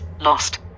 Lost